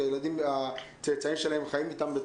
כי הצאצאים שלהם חיים איתם.